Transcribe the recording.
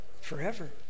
forever